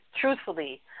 truthfully